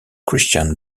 christian